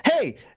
Hey